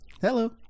Hello